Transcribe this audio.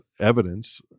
evidence